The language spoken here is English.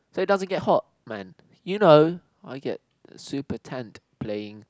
so it doesn't get hot man you know I get super tanned playing